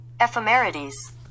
Ephemerides